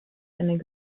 and